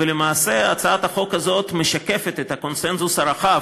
ולמעשה הצעת החוק הזאת משקפת את הקונסנזוס הרחב,